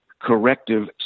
corrective